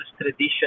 tradition